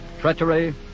treachery